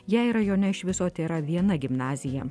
jei rajone iš viso tėra viena gimnazija